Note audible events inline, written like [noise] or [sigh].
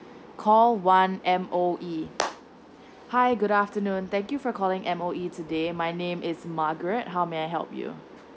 call one M_O_E [noise] hi good afternoon thank you for calling M_O_E today my name is margaret how may I help you